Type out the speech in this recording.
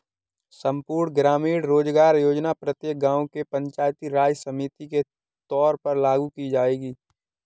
संपूर्ण ग्रामीण रोजगार योजना प्रत्येक गांव के पंचायती राज समिति के तौर पर लागू की जाएगी